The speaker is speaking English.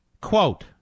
quote